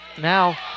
Now